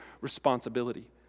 responsibility